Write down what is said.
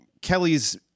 kelly's